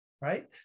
right